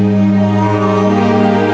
and